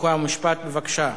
חוקה ומשפט,